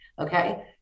okay